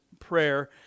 prayer